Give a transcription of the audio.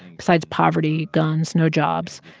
besides poverty, guns, no jobs,